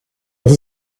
das